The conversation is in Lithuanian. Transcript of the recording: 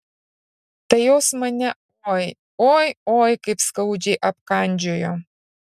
tai jos mane oi oi oi kaip skaudžiai apkandžiojo